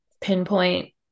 pinpoint